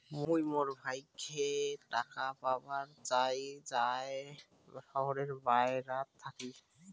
মুই মোর ভাইকে টাকা পাঠাবার চাই য়ায় শহরের বাহেরাত থাকি